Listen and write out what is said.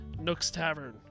nookstavern